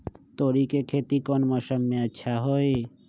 तोड़ी के खेती कौन मौसम में अच्छा होई?